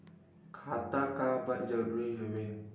खाता का बर जरूरी हवे?